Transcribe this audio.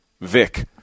Vic